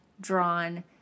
drawn